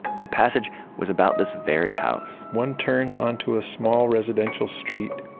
the passage was about this very house one turns on to a small residential street.